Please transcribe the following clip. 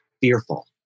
fearful